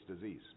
disease